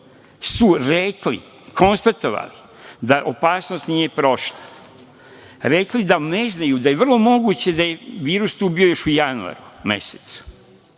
su rekli, konstatovali da opasnost nije prošla, rekli da ne znaju i da je vrlo moguće da je virus tu još bio u januaru mesecu.